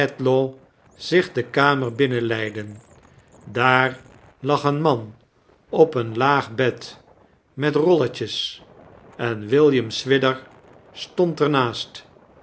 zich de kamer bkmenleiden daar lag een man op een laag bed met rolletjes en william swidger stond er naast